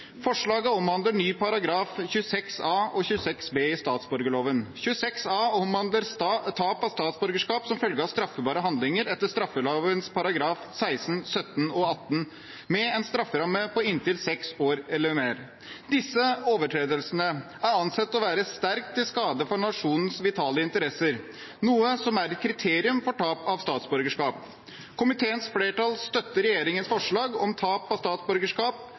Forslaget omhandler ny § 26 a og § 26 b i statsborgerloven. § 26 a omhandler tap av statsborgerskap som følge av straffbare handlinger etter straffeloven kapitlene 16, 17 og 18 med en strafferamme på inntil seks år eller mer. Disse overtredelsene er ansett å være sterkt til skade for nasjonens vitale interesser, noe som er et kriterium for tap av statsborgerskap. Komiteens flertall støtter regjeringens forslag om tap av statsborgerskap